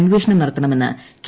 അന്വേഷണം നടത്തണമെന്ന് കെ